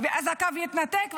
ואז הקו יתנתק,